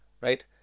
right